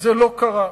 זה לא קרה.